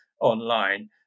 online